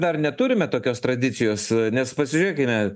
dar neturime tokios tradicijos nes pažiūrėkime